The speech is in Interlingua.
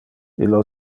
illo